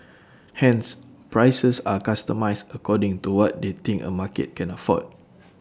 hence prices are customised according to what they think A market can afford